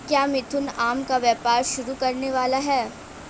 क्या मिथुन आम का व्यापार शुरू करने वाला है?